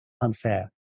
unfair